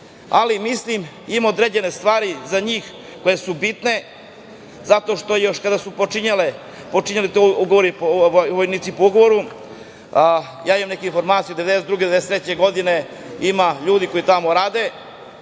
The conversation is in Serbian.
Ali, mislim da ima određenih stvari za njih koje su bitne zato što je još kada su počinjali vojnici po ugovoru, ja imam neke informacije da 1992. i 1993. godine, ima ljudi koji tamo rade,